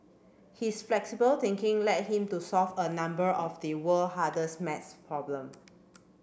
his flexible thinking led him to solve a number of the world hardest maths problem